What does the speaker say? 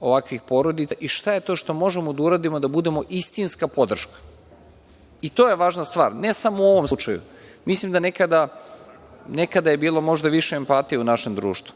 ovakvih porodica. Šta je to što možemo da uradimo da budemo istinska podrška. To je važna stvar, ne samo u ovom slučaju. Mislim da je nekada bilo više empatije u našem društvu.